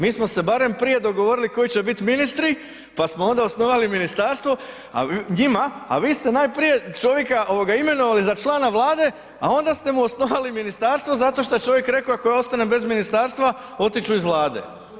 Mi smo se barem prije dogovorili koji će biti ministri pa smo onda osnovali ministarstvo njima a vi ste najprije čovjeka imenovali za člana Vlade a onda ste mu osnovali ministarstvo zato što je čovjek reko ako ja ostanem bez ministarstva, otići ću iz Vlade.